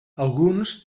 alguns